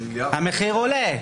המחיר עולה.